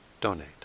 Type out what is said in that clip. donate